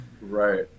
right